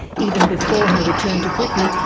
even before her return to britain,